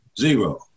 Zero